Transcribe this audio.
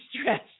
stress